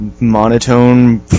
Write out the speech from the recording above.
monotone